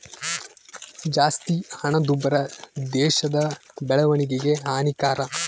ಜಾಸ್ತಿ ಹಣದುಬ್ಬರ ದೇಶದ ಬೆಳವಣಿಗೆಗೆ ಹಾನಿಕರ